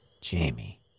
Jamie